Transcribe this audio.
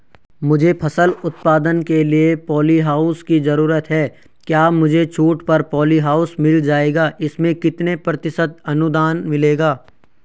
मुझे फसल उत्पादन के लिए प ॉलीहाउस की जरूरत है क्या मुझे छूट पर पॉलीहाउस मिल जाएगा इसमें कितने प्रतिशत अनुदान मिलेगा?